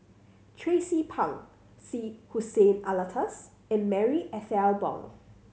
Tracie Pang Syed Hussein Alatas and Marie Ethel Bong